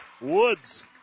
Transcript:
Woods